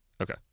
Okay